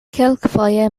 kelkfoje